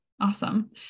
awesome